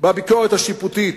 בביקורת השיפוטית,